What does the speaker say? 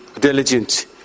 diligent